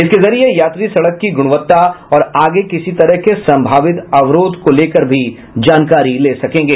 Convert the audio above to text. इसके जरिए यात्री सड़क की गुणवत्ता और आगे किसी तरह के संभावित अवरोध को लेकर भी जानकारी ले सकेंगे